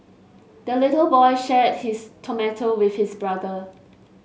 the little boy shared his tomato with his brother